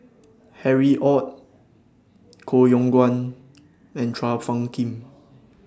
Harry ORD Koh Yong Guan and Chua Phung Kim